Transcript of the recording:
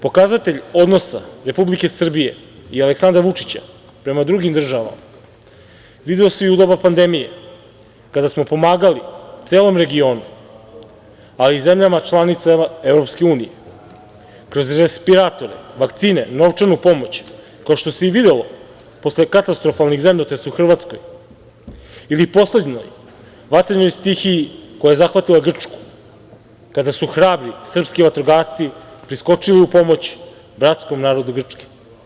Pokazatelj odnosa Republike Srbije i Aleksandra Vučića prema drugim državama video se i u doba pandemije, kada smo pomagali celom regionu, a i zemljama članicama EU, kroz respiratore, vakcine, novčanu pomoć, kao što se i videlo posle katastrofalnih zemljotresa u Hrvatskoj ili poslednjoj, vatrenoj stihiji koja je zahvatila Grčku, kada su hrabri srpski vatrogasci priskočili u pomoć bratskom narodu Grčke.